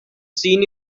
seen